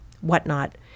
whatnot